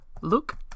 Look